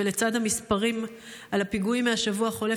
ולצד המספרים על הפיגועים מהשבוע החולף,